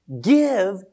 Give